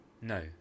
No